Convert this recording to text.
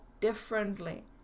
differently